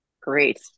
Great